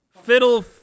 Fiddle